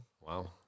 Wow